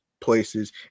places